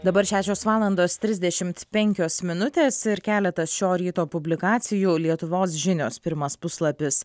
dabar šešios valandos trisdešimt penkios minutės ir keletas šio ryto publikacijų lietuvos žinios pirmas puslapis